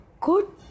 good